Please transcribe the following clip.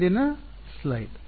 ಹಿಂದಿನ ಸ್ಲೈಡ್